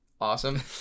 awesome